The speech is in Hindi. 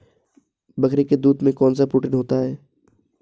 बकरी के दूध में कौनसा प्रोटीन होता है?